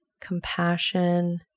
compassion